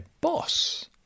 boss